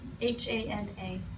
H-A-N-A